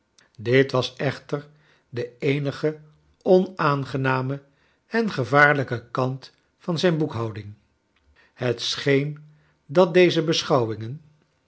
dit was echter de ee nige onaangename en gevaarlijke kant van zijn boekhouding het scheen dat deze beschouwingen